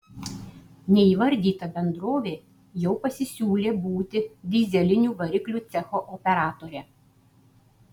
neįvardyta bendrovė jau pasisiūlė būti dyzelinių variklių cecho operatore